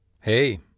Hey